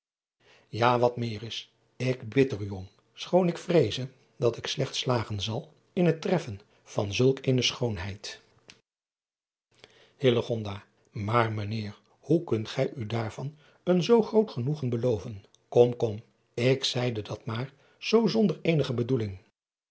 a wat meer is ik bid er u om schoon ik vreeze dat ik slecht slagen zal in het treffen an zulk eene schoonheid aar mijn eer hoe kunt gij u daarvan een zoo groot genoegen beloven om kom ik zeide dat maar zoo zonder eenige bedoeling